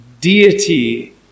deity